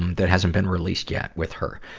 um that hasn't been released yet with her.